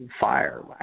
fire